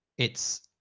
it's.